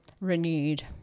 renewed